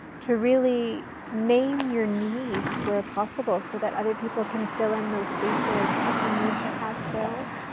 to really name your needs where possible, so that other people can fill in those spaces that you need to have filled.